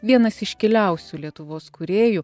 vienas iškiliausių lietuvos kūrėjų